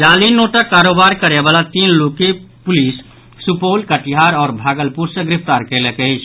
जाली नोटक कारोबार करयवला तीन लोक के पुलिस सुपौल कटिहार आओर भागलपुर सँ गिरफ्तार कयलक अछि